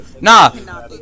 Nah